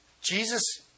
Jesus